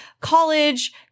college